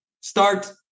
start